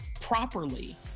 properly